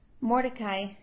Mordecai